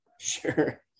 Sure